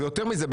ויותר מזה,